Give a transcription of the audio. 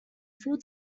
full